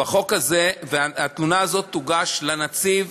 והתלונה הזאת תוגש לנציב,